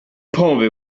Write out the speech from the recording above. pombe